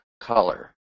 color